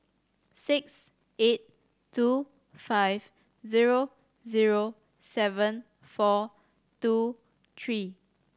six eight two five zero zero seven four two three